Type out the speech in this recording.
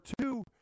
two